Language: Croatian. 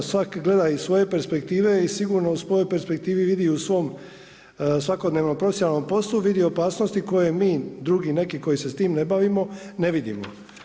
Svak' gleda iz svoje perspektive i sigurno u svojoj perspektivi vidi i u svom svakodnevnom profesionalnom poslu vidi opasnosti koje mi drugi neki koji se s tim ne bavimo ne vidimo.